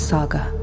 Saga